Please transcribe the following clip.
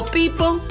people